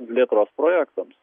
plėtros projektams